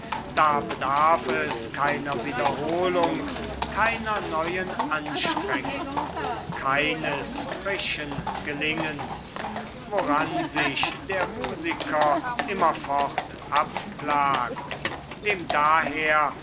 da bedarf es keiner wiederholung keiner neuen anstrengung keines frischen gelingens woran sich der musiker immerfort abplagt dem daher